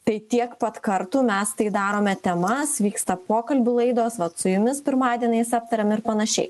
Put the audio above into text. tai tiek pat kartų mes tai darome temas vyksta pokalbių laidos vat su jumis pirmadieniais aptariame ir panašiai